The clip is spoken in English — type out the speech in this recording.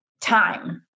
time